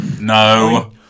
no